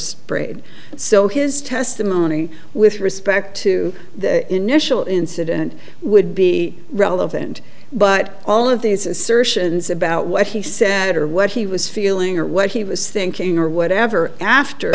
sprayed so his testimony with respect to the initial incident would be relevant but all of these assertions about what he said or what he was feeling or what he was thinking or whatever after